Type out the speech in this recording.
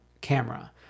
camera